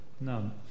None